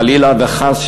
חלילה וחס,